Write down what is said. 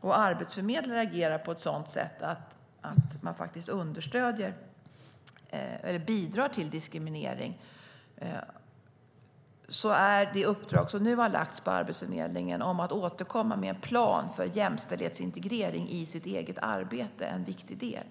och arbetsförmedlarna agerar på ett sådant sätt att man faktiskt understöder eller bidrar till diskriminering, är det uppdrag som nu har lagts på Arbetsförmedlingen, att återkomma med en plan för jämställdhetsintegrering i sitt eget arbete, en viktig del.